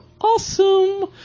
awesome